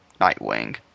Nightwing